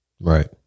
right